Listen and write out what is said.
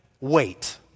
wait